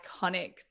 iconic